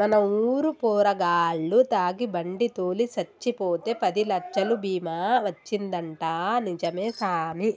మన ఊరు పోరగాల్లు తాగి బండి తోలి సచ్చిపోతే పదిలచ్చలు బీమా వచ్చిందంటా నిజమే సామి